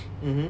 mmhmm